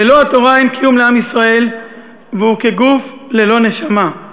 ללא התורה אין קיום לעם ישראל והוא כגוף ללא נשמה.